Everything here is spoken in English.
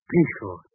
Peaceful